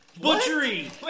Butchery